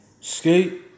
Skate